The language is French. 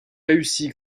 réussi